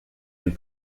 and